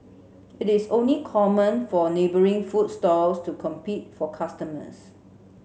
it is only common for neighbouring food stalls to compete for customers